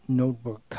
notebook